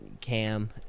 Cam